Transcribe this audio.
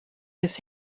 his